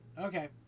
Okay